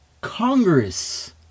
Congress